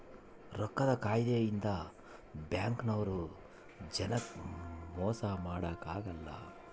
ರೊಕ್ಕದ್ ಕಾಯಿದೆ ಇಂದ ಬ್ಯಾಂಕ್ ನವ್ರು ಜನಕ್ ಮೊಸ ಮಾಡಕ ಅಗಲ್ಲ